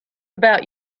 about